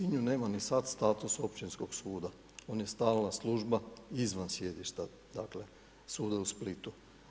U Sinju nema ni sad status Općinskog suda, on je stalna služba izvan sjedišta dakle suda u Splitu.